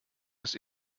dass